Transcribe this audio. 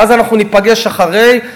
ואז אנחנו ניפגש אחרי,